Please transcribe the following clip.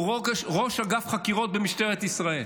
הוא ראש אגף חקירות במשטרת ישראל,